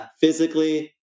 physically